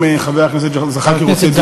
חבר הכנסת זחאלקה.